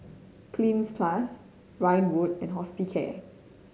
Cleanz Plus Ridwind and Hospicare